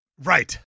Right